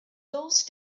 those